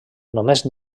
només